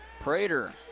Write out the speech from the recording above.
Prater